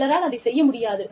சிலரால் அதைச் செய்ய முடியாது